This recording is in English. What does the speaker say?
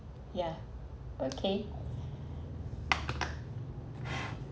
yeah okay